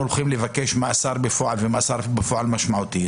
הולכים לבקש מאסר בפועל ומאסר משמעותי בפועל,